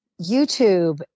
YouTube